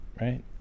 right